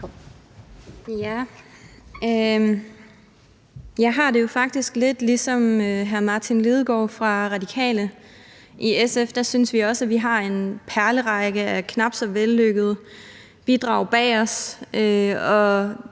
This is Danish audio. Jeg har det faktisk lidt som hr. Martin Lidegaard fra Det Radikale Venstre. I SF synes vi også vi har en perlerække af knap så vellykkede bidrag bag os,